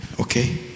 Okay